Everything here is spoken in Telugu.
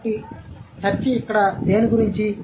కాబట్టి చర్చ దేని గురించి